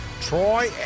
Troy